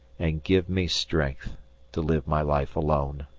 and give me strength to live my life alone.